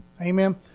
Amen